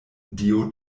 dio